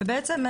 ובעצם,